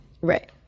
Right